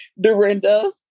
Dorinda